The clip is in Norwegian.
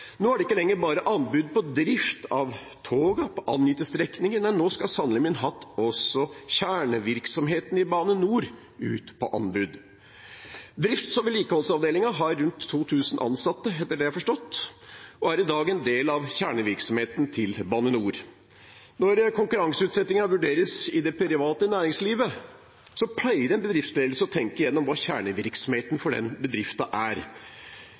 Nå er det ikke lenger bare anbud på drift av togene på angitte strekninger – nei, nå skal sannelig min hatt også kjernevirksomheten i Bane NOR ut på anbud. Drifts- og vedlikeholdsavdelingen har rundt 2 000 ansatte, etter det jeg har forstått, og er i dag en del av kjernevirksomheten til Bane NOR. Når konkurranseutsetting vurderes i det private næringslivet, pleier en bedriftsledelse å tenke gjennom hva kjernevirksomheten for den bedriften er.